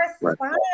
respond